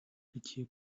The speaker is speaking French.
pitié